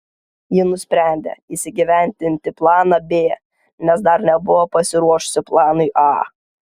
ji nusprendė įgyvendinti planą b nes dar nebuvo pasiruošusi planui a